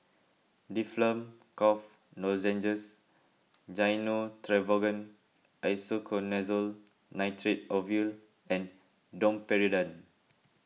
Difflam Cough Lozenges Gyno Travogen Isoconazole Nitrate Ovule and Domperidone